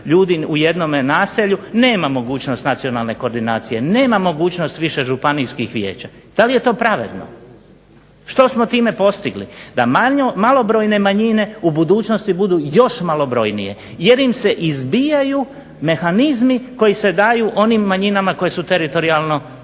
ljudi u jednom naselju nema mogućnosti nacionalne koordinacije, nema mogućnost više županijskih vijeća. Da li je to pravedno? Što smo time postigli da malobrojne manjine u budućnosti budu još malobrojnije, jer im se izbijaju mehanizmi koji se daju onim manjinama koje su teritorijalno kompaktne.